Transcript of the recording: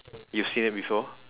you've seen it before